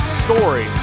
story